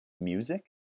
music